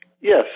Yes